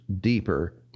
deeper